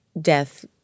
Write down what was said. death